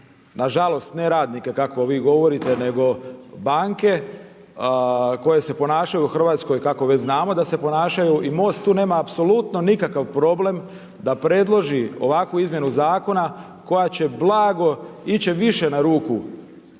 nažalost ne neradnike kako vi govorite nego banke koje se ponašaju u Hrvatskoj kako već znamo da se ponašaju. I MOST tu nema apsolutno nikakav problem da predloži ovakvu izmjenu zakona koja će blago ići više na ruku